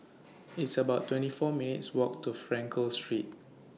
It's about twenty four minutes' Walk to Frankel Street